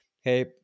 Hey